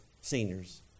seniors